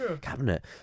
cabinet